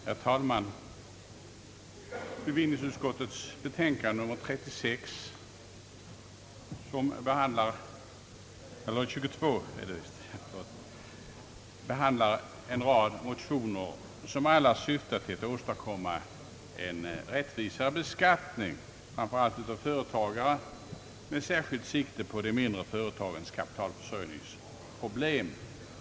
Herr talman! Bevillningsutskottets betänkande nr 22 behandlar en rad motioner som alla syftar till att åstadkomma en rättvisare beskattning, framför allt av företagare med särskilt sikte på de mindre företagens kapitalförsörjningsproblem.